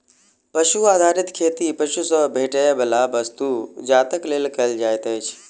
पशु आधारित खेती पशु सॅ भेटैयबला वस्तु जातक लेल कयल जाइत अछि